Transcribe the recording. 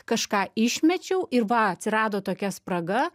kažką išmečiau ir va atsirado tokia spraga